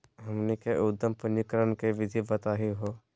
हमनी के उद्यम पंजीकरण के विधि बताही हो?